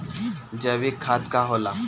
जैवीक खाद का होला?